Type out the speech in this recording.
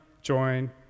join